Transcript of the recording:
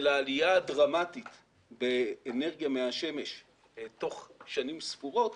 של העלייה הדרמטית באנרגיה מהשמש תוך שנים ספורות,